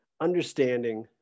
understanding